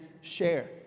share